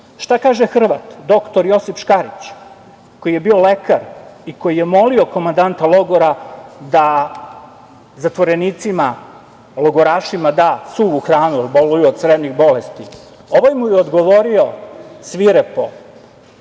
šta kaže Hrvat, doktor Josip Škarić, koji je bio lekar i koji je molio komandanta logora da zatvorenicima, logorašima da suvu hranu, jer boluju od crevnih bolesti, ovaj mu je odgovorio svirepo